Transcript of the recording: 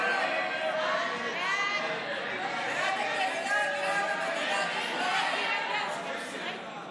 ההצעה להעביר לוועדה את הצעת חוק אימוץ ילדים (תיקון,